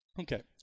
Okay